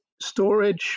storage